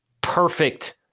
perfect